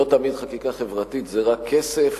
לא תמיד חקיקה חברתית זה רק כסף,